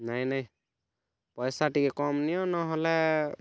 ନାଇଁ ନାଇଁ ପଇସା ଟିକେ କମ୍ ନିଅ ନ ହେଲେ